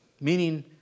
meaning